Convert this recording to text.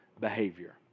behavior